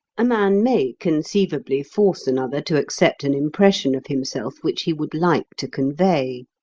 a man may conceivably force another to accept an impression of himself which he would like to convey.